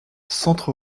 s’entre